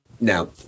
Now